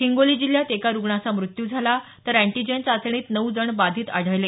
हिंगोली जिल्ह्यात एका रूग्णाचा मृत्यू झाला तर अॅन्टीजन चाचणीत नऊ जण बाधित आढळले